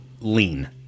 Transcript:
lean